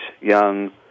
young